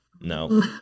No